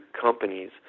companies